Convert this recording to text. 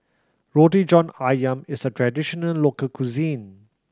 Roti John Ayam is a traditional local cuisine